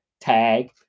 tag